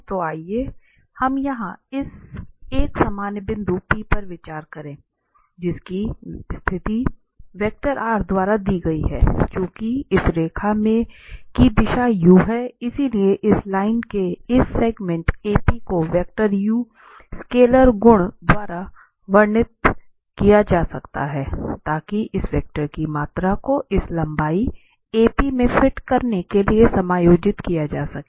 तो आइए हम यहां एक सामान्य बिंदु P पर विचार करें जिसकी स्थिति वेक्टर r द्वारा दी गई है चूंकि इस रेखा की दिशा u है इसलिए इस लाइन के इस सेगमेंट AP को वेक्टर u स्केलर गुणा द्वारा वर्णित किया जा सकता है ताकि इस वेक्टर की मात्रा को इस लंबाई AP में फिट करने के लिए समायोजित किया जा सके